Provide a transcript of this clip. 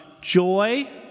joy